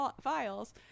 files